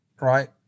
right